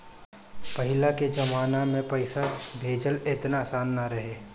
पहिले के जमाना में पईसा भेजल एतना आसान ना रहे